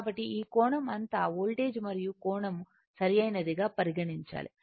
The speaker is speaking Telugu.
కాబట్టి ఈ కోణం అంతా వోల్టేజ్ మరియు కోణం సరైనదిగా పరిగణించాలి